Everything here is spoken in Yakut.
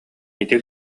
ити